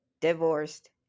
divorced